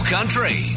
Country